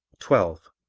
twelve.